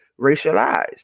racialized